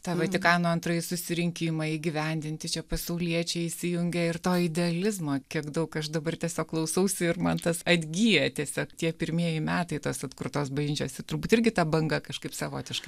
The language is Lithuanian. tą vatikano antrąjį susirinkimą įgyvendinti čia pasauliečiai įsijungia ir to idealizmo kiek daug aš dabar tiesiog klausausi ir man tas atgyja tiesiog tie pirmieji metai tos atkurtos bažnyčios ir turbūt irgi tą bangą kažkaip savotiškai